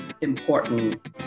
important